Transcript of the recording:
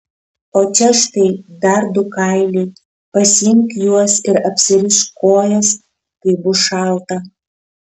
o čia štai dar du kailiai pasiimk juos ir apsirišk kojas kai bus šalta